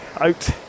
out